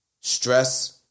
stress